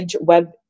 web